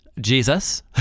Jesus